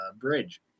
bridge